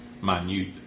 minute